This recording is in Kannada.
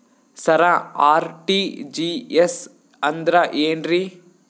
ಸರ ಆರ್.ಟಿ.ಜಿ.ಎಸ್ ಅಂದ್ರ ಏನ್ರೀ?